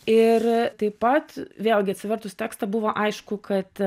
ir taip pat vėlgi atsivertus tekstą buvo aišku kad